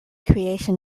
creation